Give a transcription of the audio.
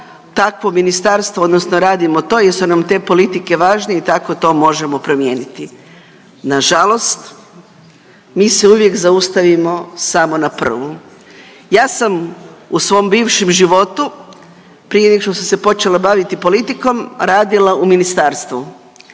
takvo ministarstvo, odnosno radimo to jer su nam te politike važne i tako to možemo promijeniti. Na žalost, mi se uvijek zaustavimo samo na prvu. Ja sam u svom bivšem životu prije nego što sam se počela baviti politikom radila u ministarstvu.